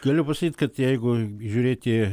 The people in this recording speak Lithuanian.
galiu pasakyt kad jeigu žiūrėti